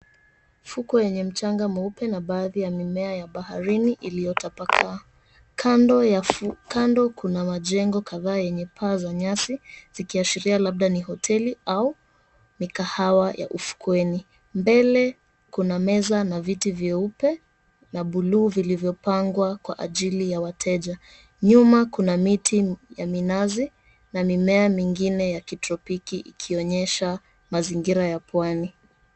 Fukwe yenye mchanga mweupe na baadhi ya mimea ya baharini iliyotapakaa. Kando kuna majengo kadhaa yenye paa za nyasi zikiashiria labda ni hoteli au mikahawa ya ufukweni. Mbele kuna meza na viti vyeupe na buluu vilivyopangwa kwa ajili ya wateja. Nyuma kuna miti ya minazi na mimea mingine ya kitropiki ikionyesha mazingira ya pwani.